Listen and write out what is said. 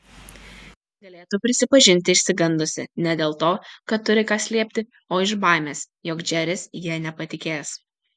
galėtų prisipažinti išsigandusi ne dėl to kad turi ką slėpti o iš baimės jog džeris ja nepatikės